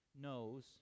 knows